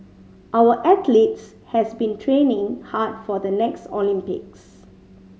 our athletes has been training hard for the next Olympics